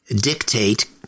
dictate